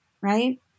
right